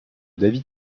david